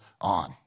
on